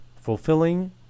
fulfilling